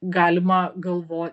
galima galvo